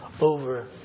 over